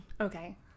Okay